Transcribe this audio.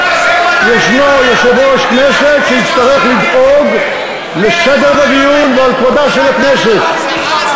ישנו יושב-ראש כנסת שיצטרך לדאוג לסדר בדיון ולכבודה של הכנסת.